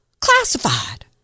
classified